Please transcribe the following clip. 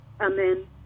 Amen